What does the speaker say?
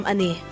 Ani